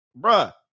Bruh